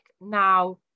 now